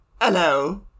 Hello